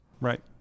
Right